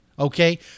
Okay